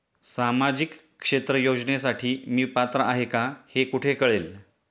सामाजिक क्षेत्र योजनेसाठी मी पात्र आहे का हे कुठे कळेल?